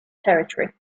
territory